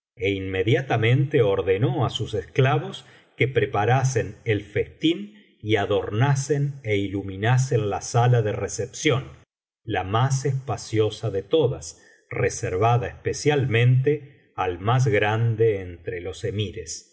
é inmediatamente ordenó á sus esclavos que preparasen el festín y adornasen é iluminasen la sala de recepción la más espaciosa de todas reservada especialmente al más grande entre los emires